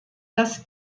das